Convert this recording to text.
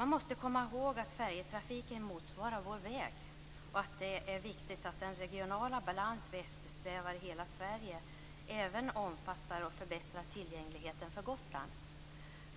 Man måste komma ihåg att färjetrafiken motsvarar vår väg. Det är viktigt att den regionala balans vi eftersträvar i hela Sverige även omfattar och förbättrar tillgängligheten för Gotland.